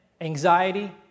anxiety